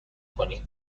کنیم